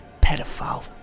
pedophile